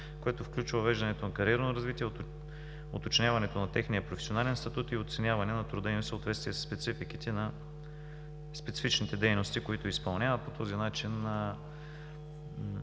което включва въвеждането на кариерно развитие, уточняването на техния професионален статут и оценяване на труда им в съответствие със спецификите на специфичните дейности, които изпълняват. По този начин